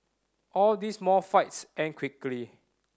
all these small fights end quickly